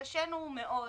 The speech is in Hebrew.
שהתקשינו מאוד